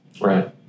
Right